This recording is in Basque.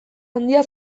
handia